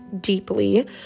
deeply